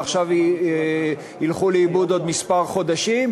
ועכשיו ילכו לאיבוד עוד כמה חודשים,